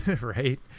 right